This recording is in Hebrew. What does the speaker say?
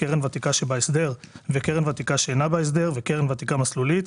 "קרן ותיקה שבהסדר" ו"קרן ותיקה שאינה בהסדר" ו"קרן ותיקה מסלולית",